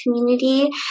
community